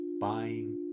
buying